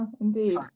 indeed